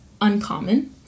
uncommon